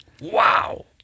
Wow